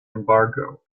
embargo